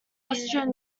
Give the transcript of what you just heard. austrian